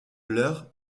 leur